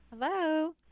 Hello